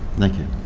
thank you.